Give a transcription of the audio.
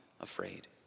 afraid